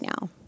now